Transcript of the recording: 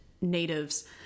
natives